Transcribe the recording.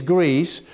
Greece